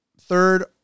third